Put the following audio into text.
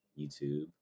YouTube